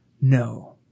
No